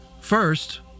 First